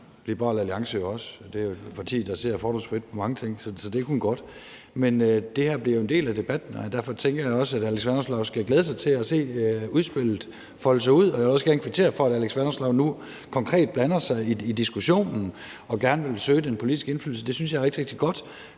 Liberal Alliance også gør. Det er et parti, der ser fordomsfrit på mange ting. Så det er kun godt. Men det her bliver jo en del af debatten, og derfor tænker jeg også, at Alex Vanopslagh skal glæde sig til at se udspillet folde sig ud. Jeg vil også gerne kvittere for, at Alex Vanopslagh nu konkret blander sig i diskussionen og gerne vil søge den politiske indflydelse. Det synes jeg er rigtig, rigtig godt,